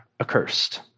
accursed